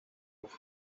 ahuje